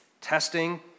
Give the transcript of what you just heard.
testing